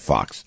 Fox